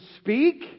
speak